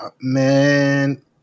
man